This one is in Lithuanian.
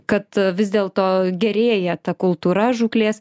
kad vis dėl to gerėja ta kultūra žūklės